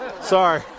Sorry